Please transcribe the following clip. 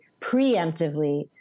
preemptively